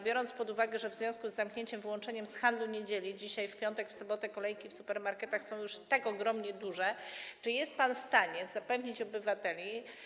Biorąc pod uwagę, że w związku z zamknięciem, wyłączeniem z handlu niedzieli, dzisiaj, w piątek, w sobotę kolejki w supermarketach są już tak ogromne, duże, czy jest pan w stanie zapewnić obywateli.